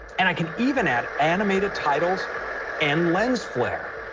and i can even add animated titles and lens flare.